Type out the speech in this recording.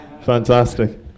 fantastic